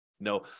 No